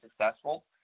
successful